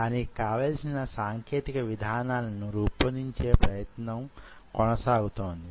దానికి కావలసిన సాంకేతిక విధానాలను రూపొందించే ప్రయత్నం కొనసాగుతోంది